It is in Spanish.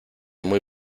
muy